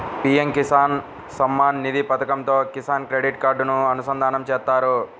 PM Kisan Samman Nidhi పథకంతో Kisan credit కార్డుని అనుసంధానం చేత్తారు